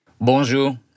Bonjour